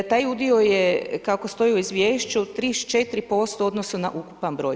Tak udio je kako stoji u izvješću 34% u odnosu na ukupan broj.